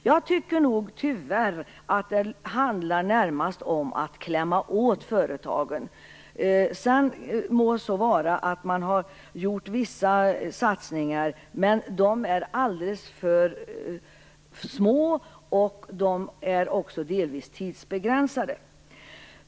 Jag tycker nog tyvärr att det närmast handlar om att klämma åt företagen. Det må så vara att man har gjort vissa satsningar, men de är alldeles för små och också delvis tidsbegränsade.